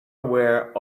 aware